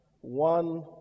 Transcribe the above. One